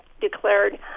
declared